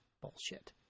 Bullshit